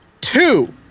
Two